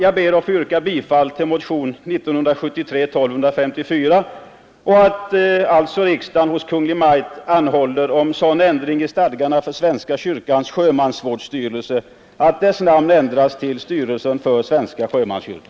Jag ber att få yrka bifall till motionen 1254, som går ut på att riksdagen hos Kungl. Maj:t anhåller om sådan ändring i stadgarna för Svenska kyrkans sjömansvårdsstyrelse att dess namn ändras till Styrelsen för svenska sjömanskyrkan.